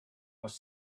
was